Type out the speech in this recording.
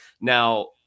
now